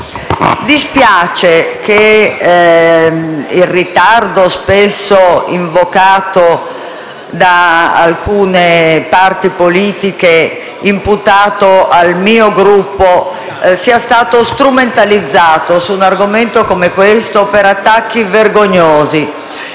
Dispiace che il ritardo, spesso invocato da alcune parti politiche e imputato al mio Gruppo, sia stato strumentalizzato, su un argomento come questo, per attacchi vergognosi.